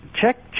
check